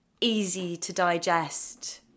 easy-to-digest